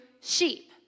sheep